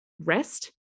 rest